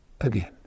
again